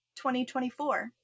2024